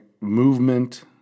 movement